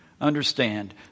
understand